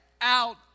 out